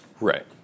Right